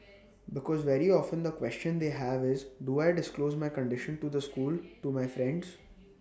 because very often the question they have is do I disclose my condition to the school to my friends